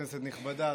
כנסת נכבדה,